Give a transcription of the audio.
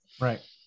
Right